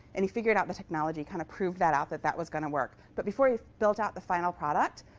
and he figured out the technology kind of proved that out, that that was going to work. but before he built out the final product,